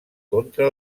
contra